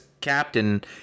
captain